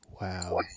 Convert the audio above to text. wow